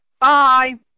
Bye